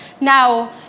Now